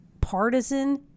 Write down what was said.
partisan